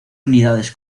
unidades